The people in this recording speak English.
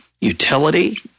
utility